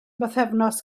bythefnos